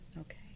Okay